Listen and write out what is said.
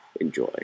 Enjoy